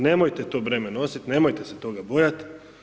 Nemojte to breme nosit, nemojte se toga bojat.